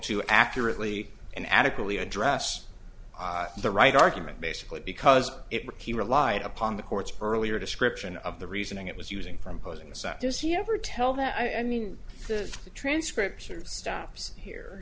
to accurately and adequately address the right argument basically because it ricky relied upon the court's earlier description of the reasoning it was using from posing a set does he ever tell that i mean the transcripts are stops here